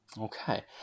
Okay